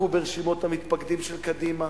בדקו ברשימות המתפקדים של קדימה,